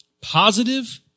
positive